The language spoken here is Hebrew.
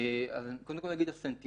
אז קודם כל אגיד שהסנטימנט,